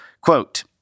Quote